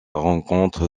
rencontre